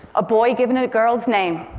a boy given a girl's name,